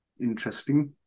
interesting